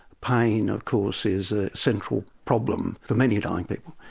pain of course, is a central problem for many dying people,